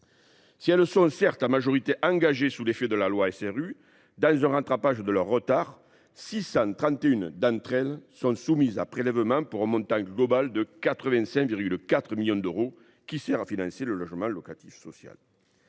Si elles sont certes en majorité engagées, sous l’effet de l’application de la loi SRU, dans un rattrapage de leur retard, 631 d’entre elles sont soumises à prélèvement pour un montant total de 85,4 millions d’euros, qui sert à financer le logement locatif social.